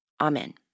Amen